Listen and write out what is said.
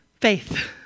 Faith